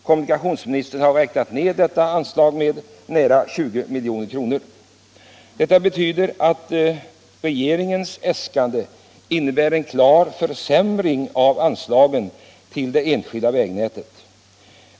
Kommunikationsministern har räknat ned detta anslag med nära 20 milj.kr. Regeringens förslag innebär en klar försämring av anslagen till det enskilda vägnätet.